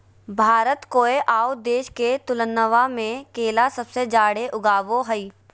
भारत कोय आउ देश के तुलनबा में केला सबसे जाड़े उगाबो हइ